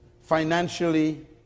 financially